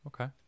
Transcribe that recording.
okay